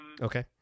Okay